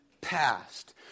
past